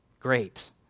great